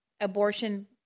abortion